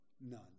none